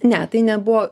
ne tai nebuvo